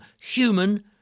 human